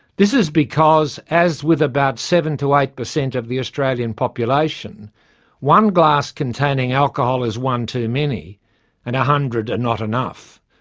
this is because, as with about seven to eight per cent of the australian population one glass containing alcohol is one too many and a hundred are not enough.